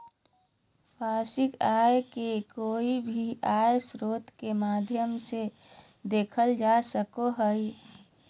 वार्षिक आय के कोय भी आय स्रोत के माध्यम से देखल जा सको हय